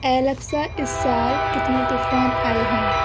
Alexa اس سال کتنے طوفان آئے ہیں